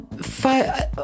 Five